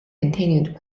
continued